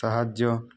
ସାହାଯ୍ୟ